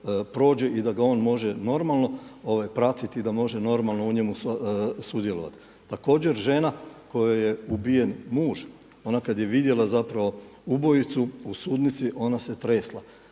prođe i da ga on može normalno pratiti i da može normalno sudjelovati. Također žena kojoj je ubijen muž, ona kada je vidjela ubojicu u sudnicu ona se tresla.